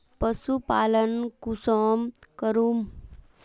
पशुपालन कुंसम करूम?